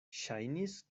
ŝajnis